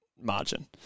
margin